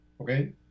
Okay